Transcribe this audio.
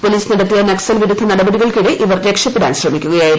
police നടത്തിയ നക്സൽ വിരുദ്ധ നടപടികൾക്കിടെ ഇവർ രക്ഷപ്പെടാൻ ശ്രമിക്കുകയായിരുന്നു